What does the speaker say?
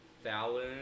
Fallon